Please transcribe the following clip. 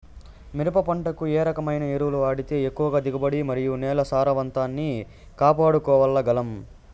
మిరప పంట కు ఏ రకమైన ఎరువులు వాడితే ఎక్కువగా దిగుబడి మరియు నేల సారవంతాన్ని కాపాడుకోవాల్ల గలం?